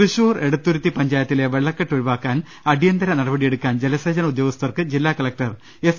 തൃശൂർ എടത്തുരുത്തി പഞ്ചായത്തിലെ വെള്ളക്കെട്ട് ഒഴിവാക്കാൻ അടിയന്തരമായി നടപടിയെടുക്കാൻ ജലസേചന ഉദ്യോഗസ്ഥർക്ക് ജില്ലാ കലക്ടർ എസ്